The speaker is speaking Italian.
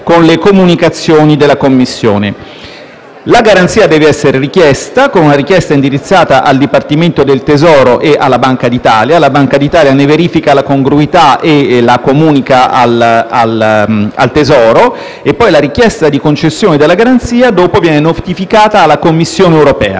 con le comunicazioni della Commissione. La garanzia deve essere richiesta con una domanda indirizzata al Dipartimento del tesoro e alla Banca d'Italia; quest'ultima ne verifica la congruità e la comunica al Tesoro dopodiché la richiesta di concessione della garanzia viene notificata alla Commissione europea.